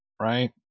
right